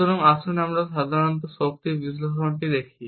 সুতরাং আসুন আমরা সাধারণ শক্তি বিশ্লেষণ দেখি